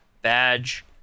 Badge